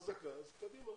חזקה, אז קדימה.